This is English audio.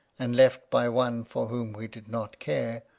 and left by one for whom we did not care,